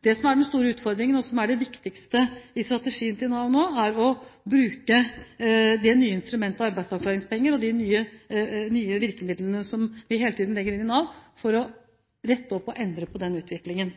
Det som er den store utfordringen, og som er det viktigste i strategien til Nav nå, er å bruke det nye instrumentet, arbeidsavklaringspenger, og de nye virkemidlene som vi hele tiden legger inn i Nav, for å rette opp og endre på den utviklingen.